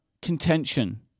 Contention